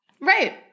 Right